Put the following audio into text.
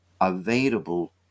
available